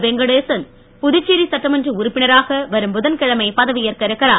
வெங்கடேசன் புதுச்சேரி சட்டமன்ற உறுப்பினராக வரும் புதன்கிழமை பதவியேற்க இருக்கிறார்